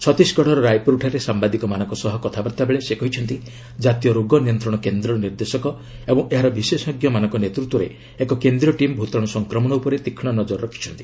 ଛତିଶଗଡ଼ର ରାୟପ୍ରରଠାରେ ସାମ୍ଭାଦିକମାନଙ୍କ ସହ ବାର୍ତ୍ତାଳାପ ବେଳେ ସେ କହିଛନ୍ତି ଜାତୀୟ ରୋଗ ନିୟନ୍ତ୍ରଣ କେନ୍ଦ୍ର ନିର୍ଦ୍ଦେଶକ ଓ ଏହାର ବିଶେଷଜ୍ଞମାନଙ୍କ ନେତୃତ୍ୱରେ ଏକ କେନ୍ଦ୍ରୀୟ ଟିମ୍ ଭୂତାଣୁ ସଂକ୍ରମଣ ଉପରେ ତୀକ୍ଷ୍ଣ ନଜର ରଖିଛନ୍ତି